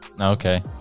Okay